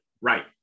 right